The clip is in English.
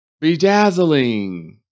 bedazzling